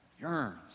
Yearns